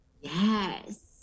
Yes